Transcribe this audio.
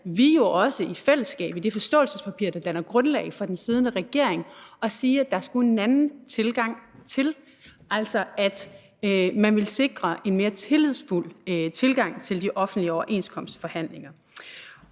vi jo også i fællesskab i det forståelsespapir, der danner grundlag for den siddende regering, at sige, at der skulle en anden tilgang til, altså at man ville sikre en mere tillidsfuld tilgang til de offentlige overenskomstforhandlinger.